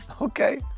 okay